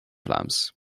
vlaams